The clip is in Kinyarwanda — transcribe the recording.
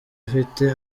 afite